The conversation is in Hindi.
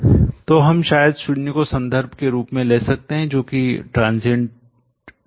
तो हम शायद शून्य को संदर्भ के रूप में ले सकते हैं जो कि ट्रांजियंट 2 क्षणिक 2 है